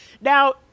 now